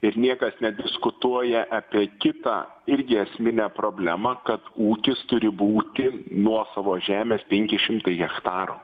ir niekas nediskutuoja apie kitą irgi esminę problemą kad ūkis turi būti nuosavos žemės penki šimtai hektarų